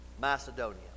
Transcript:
macedonia